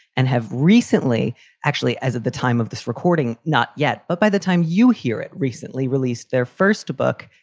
and have recently actually as at the time of this recording. not yet, but by the time you hear it recently released their first book,